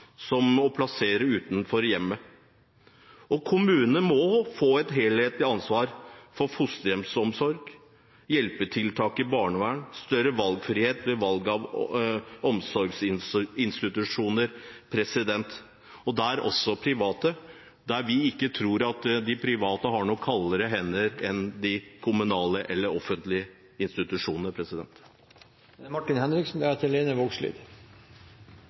som å plassere utenfor hjemmet. Og kommunene må få et helhetlig ansvar for fosterhjemsomsorg, hjelpetiltak i barnevern og større valgfrihet ved valg av omsorgsinstitusjoner – der vi ikke tror at de private har noe kaldere hender enn de kommunale eller offentlige institusjonene.